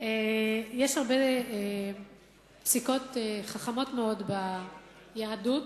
יש הרבה פסיקות חכמות מאוד ביהדות